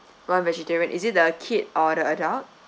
one vegetarian is it the kid or the adult